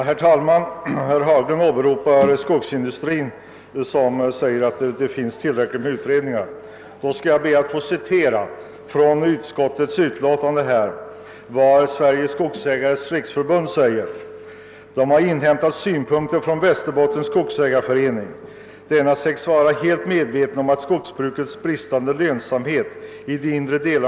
Herr talman! Det finns väl ingen anledning att ta upp någon större politisk debatt, som man skulle kunna göra med anledning av herr Sveningssons anförande. Det gäller här litet rester som blev kvar på de motioner utskottet haft att behandla.